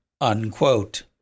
unquote